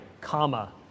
comma